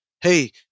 hey